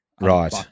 right